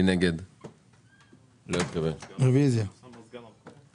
אם אנחנו רוצים לעודד תעסוקה ולנסות לסייע